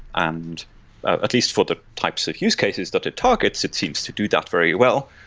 and ah at least for the types of use cases that it targets, it seems to do that very well.